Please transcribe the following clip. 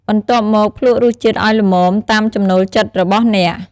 បន្ទាប់មកភ្លក្សរសជាតិឲ្យល្មម តាមចំណូលចិត្តរបស់អ្នក។